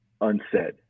unsaid